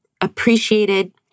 appreciated